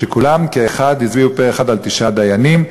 שכולם כאחד הצביעו פה-אחד על תשעה דיינים.